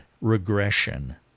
Regression